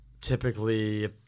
typically